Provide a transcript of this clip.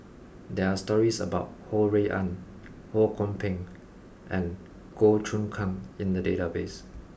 there are stories about Ho Rui An Ho Kwon Ping and Goh Choon Kang in the database